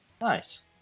Nice